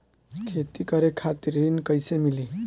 खेती करे खातिर ऋण कइसे मिली?